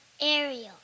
Ariel